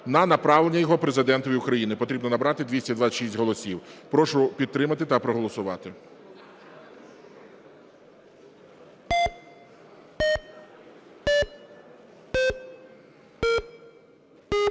на направлення його Президенту України, потрібно набрати 226 голосів. Прошу підтримати та проголосувати.